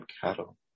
cattle